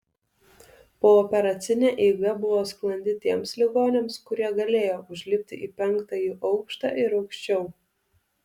pooperacinė eiga buvo sklandi tiems ligoniams kurie galėjo užlipti į penktąjį aukštą ir aukščiau